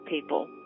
people